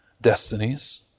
destinies